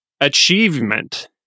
achievement